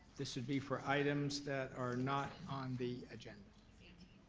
this would be for items that are not on the agenda.